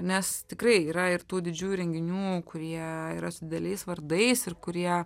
nes tikrai yra ir tų didžiųjų renginių kurie yra su dideliais vardais ir kurie